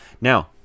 now